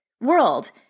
World